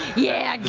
yeah,